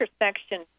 intersection